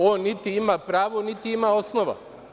On niti ima pravo, niti ima osnova.